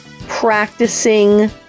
practicing